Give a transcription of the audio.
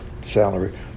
salary